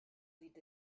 sieht